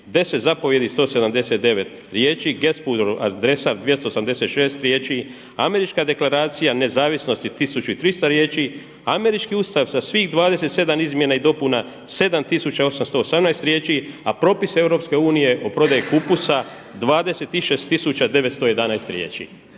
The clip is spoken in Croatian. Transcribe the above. zapovjedi 179 riječi i … adresar 286 riječi, Američka deklaracija nezavisnosti tisuću i 300 riječi, Američki ustav sa svih 27 izmjena i dopuna 7 tisuća 818 riječi, a propis Europske unije o prodaji kupusa 26 tisuća 911 riječi.